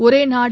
ஒரே நாடு